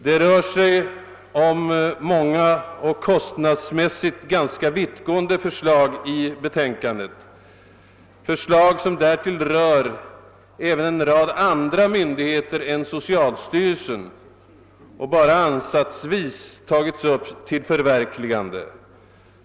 Det rör sig om många och kostnadsmässigt ganska vittgående förslag i betänkandet — förslag som därtill rör även en rad andra myndigheter än socialstyrelsen och bara ansatsvis har tagits upp till förverkligande.